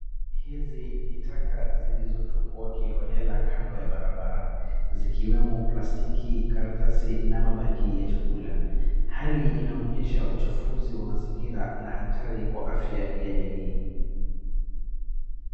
Hizi ni taka zilizotupwa kihorera kando ya barabara. Zikiwemo plastiki, karasati na mabaki ya chakula. Hali inaonyesha uchafuzi wa mazingira na hatari kwa afya ya jamii.